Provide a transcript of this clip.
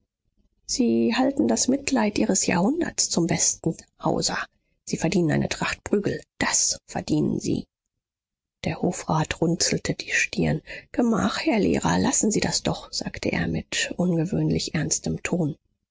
sie halten das mitleid ihres jahrhunderts zum besten hauser sie verdienen eine tracht prügel das verdienen sie der hofrat runzelte die stirn gemach herr lehrer lassen sie das doch sagte er mit ungewöhnlich ernstem ton